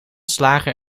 slager